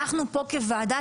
אנחנו פה כוועדה,